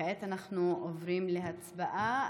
כעת אנחנו עוברים להצבעה.